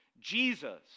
Jesus